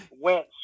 went